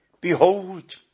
Behold